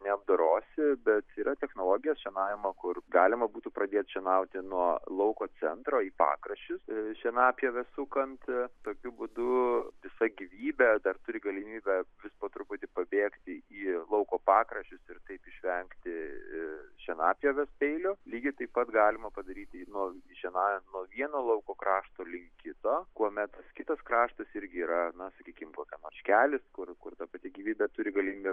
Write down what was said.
neapdorosi bet yra technologijos šienavimo kur galima būtų pradėt šienauti nuo lauko centro į pakraščius šienapjovę sukant tokiu būdu visa gyvybė dar turi galimybę vis po truputį pabėgti į lauko pakraščius ir taip išvengti šienapjovės peilio lygiai taip pat galima padaryti nuo šienaujant nuo vieno lauko krašto ligi kito kuomet kitas kraštas irgi yra na sakykime kokia miškelis kur kur ta pati gyvybė turi galimybę